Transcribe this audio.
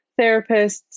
therapists